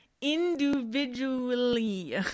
individually